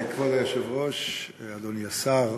כבוד היושב-ראש, אדוני השר,